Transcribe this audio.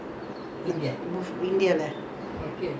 சாப்பாடு எல்லா நல்லாதா இருந்துச்சி:saapaadu ellaa nallathaa irunthuchi